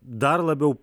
dar labiau